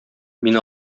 мин